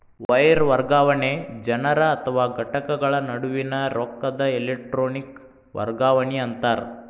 wire ವರ್ಗಾವಣೆ ಜನರ ಅಥವಾ ಘಟಕಗಳ ನಡುವಿನ್ ರೊಕ್ಕದ್ ಎಲೆಟ್ರೋನಿಕ್ ವರ್ಗಾವಣಿ ಅಂತಾರ